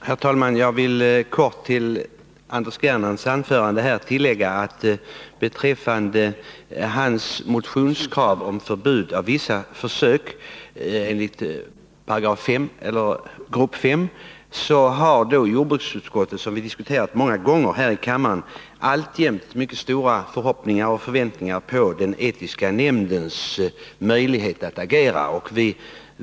Herr talman! Jag vill göra ett kort tillägg till Anders Gernandts anförande när det gäller hans motionskrav om förbud mot vissa försök enligt grupp 5, och säga att jordbruksutskottet alltjämt har — vilket vi har diskuterat många gånger här i kammaren — mycket stora förhoppningar och förväntningar på de etiska nämndernas möjligheter att agera.